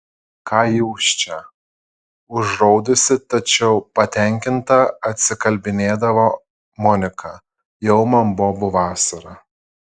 ką jūs čia užraudusi tačiau patenkinta atsikalbinėdavo monika jau man bobų vasara